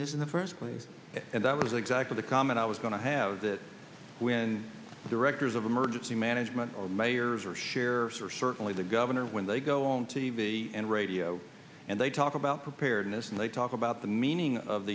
effectiveness in the first place and that was exactly the comment i was going to have that when directors of emergency management or mayors or share or certainly the governor when they go on t v and radio and they talk about preparedness and they talk about the meaning of